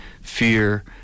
fear